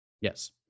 Yes